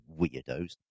weirdos